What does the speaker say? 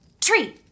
tree